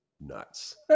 nuts